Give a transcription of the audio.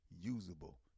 usable